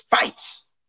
fights